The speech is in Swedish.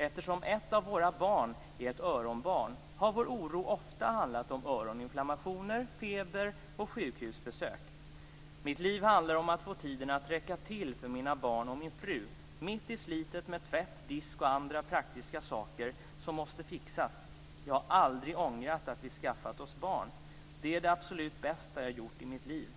Eftersom ett av våra barn är ett öronbarn, har vår oro ofta handlat om öroninflammationer, feber och sjukhusbesök. Mitt liv handlar om att få tiden att räcka till för mina barn och min fru, mitt i slitet med tvätt, disk och andra praktiska saker som måste fixas. Jag har aldrig ångrat att vi skaffat oss barn. Det är det absolut bästa jag gjort i mitt liv.